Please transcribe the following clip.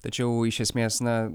tačiau iš esmės na